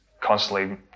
constantly